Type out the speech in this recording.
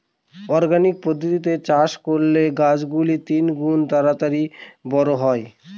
অরপনিক্স পদ্ধতিতে চাষ করলে গাছ গুলো তিনগুন তাড়াতাড়ি বড়ো হয়